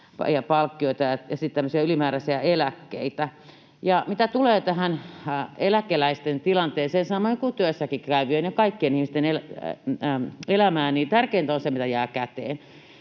tämmöisiä ylimääräisiä eläkkeitä. Mitä tulee tähän eläkeläisten tilanteeseen samoin kuin työssäkäyvienkin ja kaikkien ihmisten elämään, niin tärkeintä on se, mitä jää käteen.